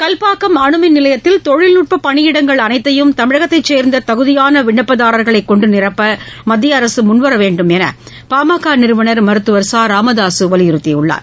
கல்பாக்கம் அனுமின் நிலையத்தில் தொழில்நுட்பப் பணியிடங்கள் அனைத்தையும் தமிழகத்தைச் சேர்ந்த தகுதியான விண்ணப்பதாரர்களை கொண்டு நிரப்ப மத்திய அரசு முன்வர வேண்டும் என்று பாமக நிறுவனர் மருத்துவர் ச ராமதாசு வலியுறுத்தியுள்ளார்